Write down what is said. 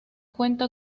cuenta